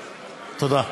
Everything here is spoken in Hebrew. תודה.